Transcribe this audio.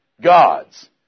gods